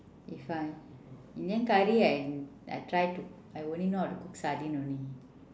if uh indian curry I I try to I only know how to cook sardine only